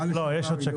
לא, יש עוד שקף.